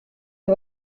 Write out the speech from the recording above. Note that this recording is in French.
est